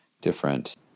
different